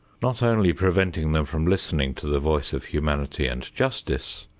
not only preventing them from listening to the voice of humanity and justice,